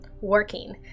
working